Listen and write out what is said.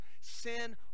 sin